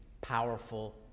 powerful